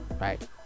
right